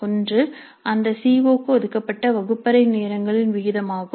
ஒன்று அந்த C O க்கு ஒதுக்கப்பட்ட வகுப்பறை நேரங்களின் விகிதமாகும்